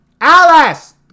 Alice